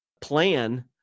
plan